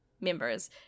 members